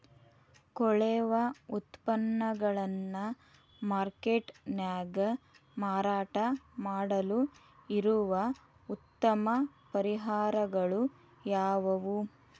ಕೊಳೆವ ಉತ್ಪನ್ನಗಳನ್ನ ಮಾರ್ಕೇಟ್ ನ್ಯಾಗ ಮಾರಾಟ ಮಾಡಲು ಇರುವ ಉತ್ತಮ ಪರಿಹಾರಗಳು ಯಾವವು?